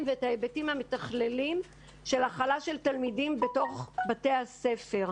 וההיבטים המתכללים של הכלה של תלמידים בתוך בתי הספר.